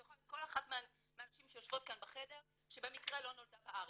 זו יכולה להיות כל אחת מהנשים שיושבות כאן בחדר שבמקרה לא נולדה בארץ.